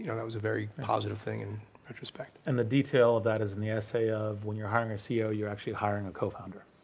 you know that was a very positive thing in retrospect. and the detail of that is in the essay of when you're hiring a ceo, you're actually hiring a co-founder,